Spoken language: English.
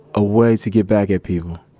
a way to get back at people.